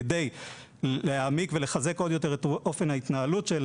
כדי להעמיק ולחזק עוד יותר את אופן ההתנהלות של